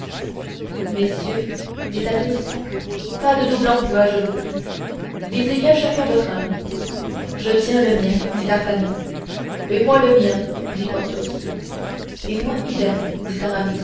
messieurs dit athos pas de double emploi je vous prie visez bien chacun votre homme je tiens le mien dit d'artagnan et moi le mien dit porthos et moi idem